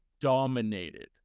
dominated